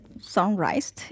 sunrise